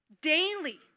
Daily